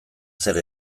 zer